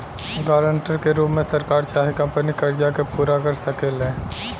guarantor के रूप में सरकार चाहे कंपनी कर्जा के पूरा कर सकेले